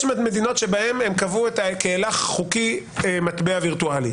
יש מדינות בהן קבעו כהילך חוקי מטבע וירטואלי.